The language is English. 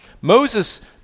Moses